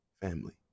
family